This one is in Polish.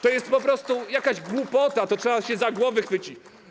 To jest po prostu jakaś głupota, trzeba się za głowy chwycić.